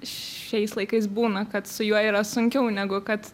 šiais laikais būna kad su juo yra sunkiau negu kad